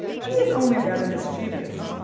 he is only rather mischievous,